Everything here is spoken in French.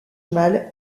mal